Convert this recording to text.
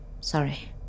Sorry